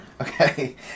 Okay